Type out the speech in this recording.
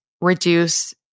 reduce